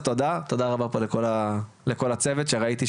אז תודה, תודה רבה פה לכל הצוות שראיתי שככה,